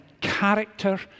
character